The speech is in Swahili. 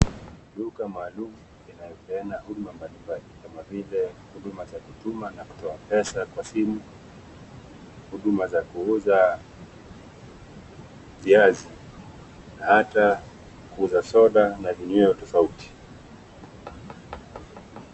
Duka maalumu inayopeana huduma mbalimbali kama vile huduma za kutuma na kutoa pesa kwa simu, huduma za kuuza viazi na hata kuuza soda na vinyweo tofauti.